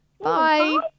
Bye